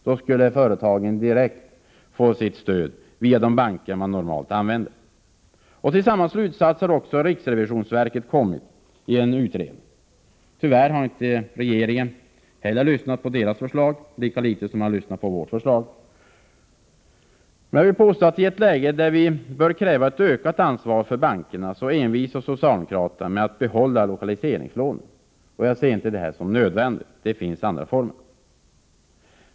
Då skulle företagen direkt få sitt stöd via de banker man normalt använder. Till samma slutsats har riksrevi sionsverket kommit i en utredning. Tyvärr har inte regeringen lyssnat på dess förslag — lika litet som den lyssnat på vårt förslag. I ett läge där vi bör kräva ökat ansvar för bankerna envisas socialdemokraterna med att behålla lokaliseringslånen.